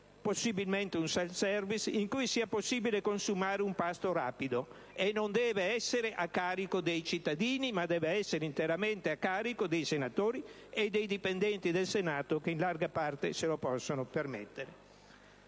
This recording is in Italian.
possibilmente un *self-service* - in cui sia possibile consumare un pasto rapido; e non deve essere a carico dei cittadini, ma interamente a carico dei senatori e dei dipendenti del Senato, che in larga parte se lo possono permettere.